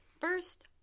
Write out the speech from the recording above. first